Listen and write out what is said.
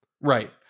Right